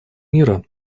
мира